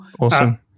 Awesome